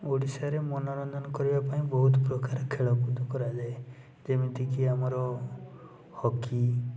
ଓଡ଼ିଶାରେ ମନୋରଞ୍ଜନ କରିବାପାଇଁ ବହୁତ ପ୍ରକାର ଖେଳକୁଦ କରାଯାଏ ଯେମିତିକି ଆମର ହକି